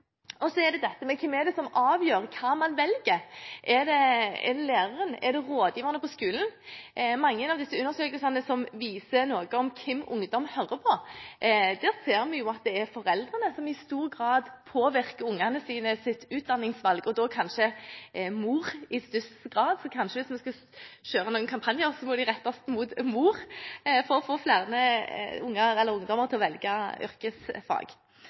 Så er det dette: Hvem er det som avgjør hva man velger? Er det læreren? Er det rådgiverne på skolen? I mange av undersøkelsene som viser hvem ungdom hører på, ser vi at det er foreldrene som i stor grad påvirker ungenes utdanningsvalg, og kanskje i størst grad mor. Så hvis man skulle kjøre noen kampanjer, måtte de kanskje rettes mot mor for å få flere ungdommer til å velge yrkesfag.